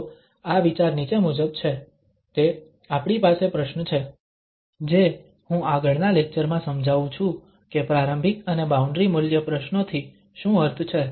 તો આ વિચાર નીચે મુજબ છે તે આપણી પાસે પ્રશ્ન છે જે હું આગળના લેક્ચરમાં સમજાવું છું કે પ્રારંભિક અને બાઉન્ડ્રી મૂલ્ય પ્રશ્નોથી શું અર્થ છે